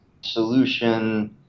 solution